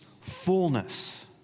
fullness